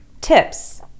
tips